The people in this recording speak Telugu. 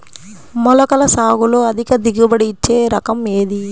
మొలకల సాగులో అధిక దిగుబడి ఇచ్చే రకం ఏది?